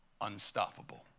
unstoppable